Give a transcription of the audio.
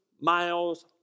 miles